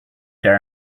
there